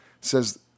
says